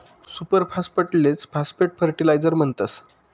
super फास्फेटलेच phosphate fertiliser म्हणतस